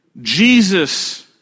Jesus